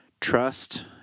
trust